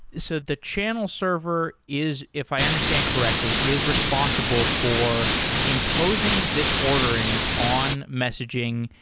so the channel server is, if i understand correctly, is responsible for imposing this ordering on messaging.